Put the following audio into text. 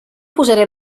posaré